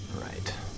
Right